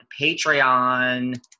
Patreon